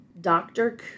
Dr